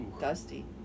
dusty